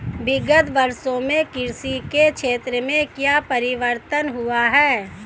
विगत वर्षों में कृषि के क्षेत्र में क्या परिवर्तन हुए हैं?